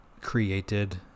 created